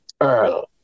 Earl